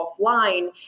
offline